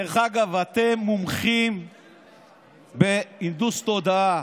דרך אגב, אתם מומחים בהנדוס תודעה.